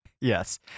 Yes